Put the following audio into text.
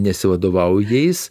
nesivadovauju jais